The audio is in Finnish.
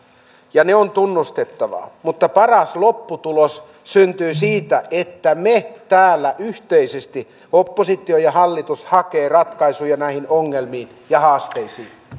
ja ne on tunnustettava mutta paras lopputulos syntyy siitä että me täällä yhteisesti oppositio ja hallitus haemme ratkaisuja näihin ongelmiin ja haasteisiin